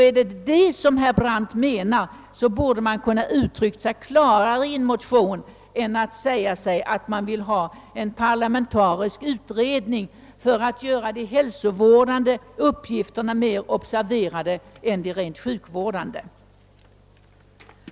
är det den frågan herr Brandt avser borde det ha uttryckts klarare i motionen än genom att skriva att man vill ha en parlamentarisk utredning för att göra de hälsovårdande uppgifterna mer observerade än de rent sjukvårdande.